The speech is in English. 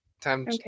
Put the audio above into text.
Time